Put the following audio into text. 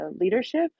leadership